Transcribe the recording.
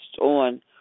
on